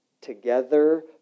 together